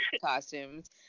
costumes